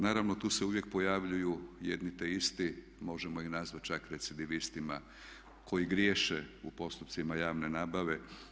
Naravno tu se uvijek pojavljuju jedno te isti, možemo ih nazvati čak recidivistima koji griješe u postupcima javne nabave.